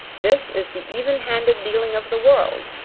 this is the even-handed dealing of the world!